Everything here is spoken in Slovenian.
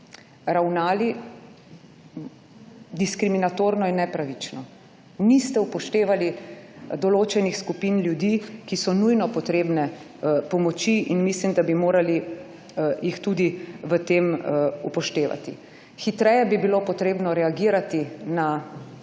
ravnali diskriminatorno in nepravično. Niste upoštevali določenih skupin ljudi, ki so nujno potrebne pomoči in mislim, da bi morali jih tudi v tem upoštevati. Hitreje bi bilo potrebno reagirati na